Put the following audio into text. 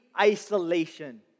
isolation